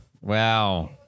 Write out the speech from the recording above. Wow